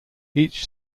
each